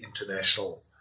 International